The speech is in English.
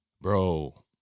Bro